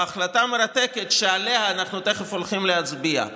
בהחלטה מרתקת שעליה אנחנו תכף הולכים להצביע.